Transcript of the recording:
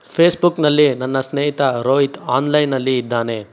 ಫೇಸ್ಬುಕ್ನಲ್ಲಿ ನನ್ನ ಸ್ನೇಹಿತ ರೋಹಿತ್ ಆನ್ಲೈನಲ್ಲಿ ಇದ್ದಾನೆ